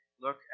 look